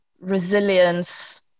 resilience